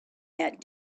that